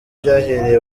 byahereye